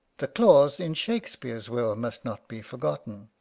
the clause in shakespeare's will must not be forgotten